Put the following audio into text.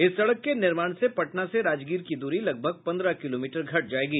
इस सड़क के निर्माण से पटना से राजगीर की दूरी लगभग पन्द्रह किलोमीटर घट जायेगी